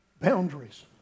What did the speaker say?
Boundaries